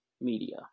media